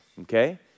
okay